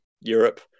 Europe